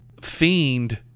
fiend